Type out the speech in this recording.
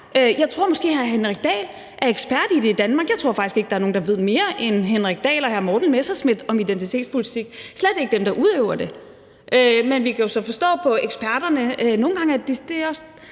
Jeg tror måske, at hr. Henrik Dahl er ekspert i det i Danmark. Jeg tror faktisk ikke, der er nogen, der ved mere end hr. Henrik Dahl og hr. Morten Messerschmidt om identitetspolitik, og slet ikke dem, der udøver det. Men vi kan jo så lytte til eksperterne, og der er det nogle